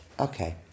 Okay